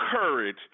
courage